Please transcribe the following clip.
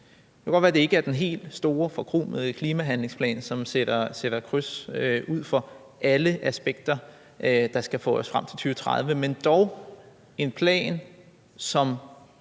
Det kan godt være, det ikke er den helt store, forkromede handlingsplan, hvor man kan sætte flueben ud for alle aspekter, der skal få os frem til 2030, men det er dog en plan, som